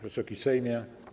Wysoki Sejmie!